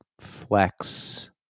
flex